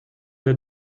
der